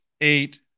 eight